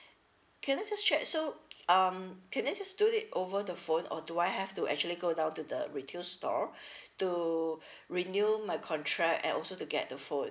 can I just check so um can I just do it over the phone or do I have to actually go down to the retail store to renew my contract and also to get the phone